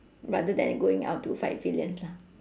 rather than going out to fight villains lah